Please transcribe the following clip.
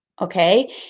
okay